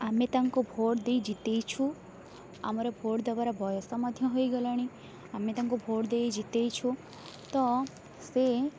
ଆମେ ତାଙ୍କୁ ଭୋଟ୍ ଦେଇ ଜିତାଇଛୁ ଆମର ଭୋଟ୍ ଦବାର ବୟସ ମଧ୍ୟ ହୋଇଗଲାଣି ଆମେ ତାଙ୍କୁ ଭୋଟ୍ ଦେଇ ଜିତାଇଛୁ ତ ସେ